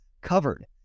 covered